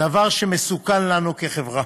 דבר שמסוכן לנו כחברה.